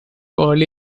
early